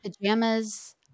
pajamas